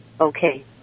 Okay